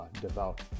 devout